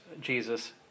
Jesus